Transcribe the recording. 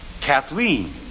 Kathleen